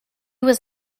was